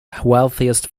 wealthiest